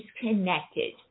connected